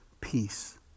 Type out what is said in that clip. Peace